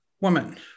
woman